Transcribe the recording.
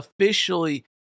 officially